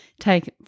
take